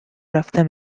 رفتم